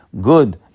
good